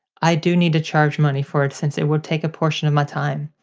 i do need to charge money for it since it will take a portion of my time.